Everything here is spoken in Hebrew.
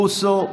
בוסו,